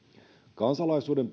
kansalaisuuden